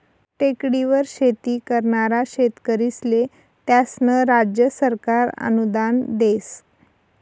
टेकडीवर शेती करनारा शेतकरीस्ले त्यास्नं राज्य सरकार अनुदान देस